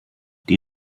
die